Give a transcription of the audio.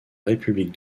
république